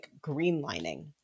greenlining